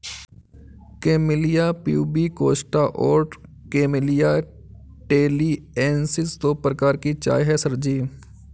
camellia pubicosta और camellia taliensis दो प्रकार की चाय है सर जी